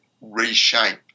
reshape